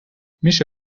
میشه